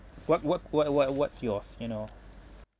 what what what what what's yours you know